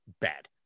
Bad